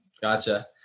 Gotcha